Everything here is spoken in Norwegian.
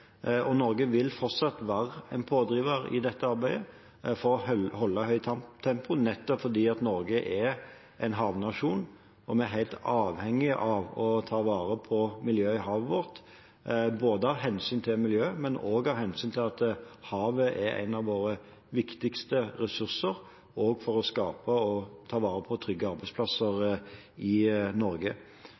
Norge vil fortsatt være en pådriver i dette arbeidet for å holde høyt tempo, nettopp fordi Norge er en havnasjon, og vi er helt avhengige av å ta vare på miljøet i havet vårt av hensyn til miljøet, men også av hensyn til at havet er en av våre viktigste ressurser for å skape og ta vare på trygge arbeidsplasser i Norge.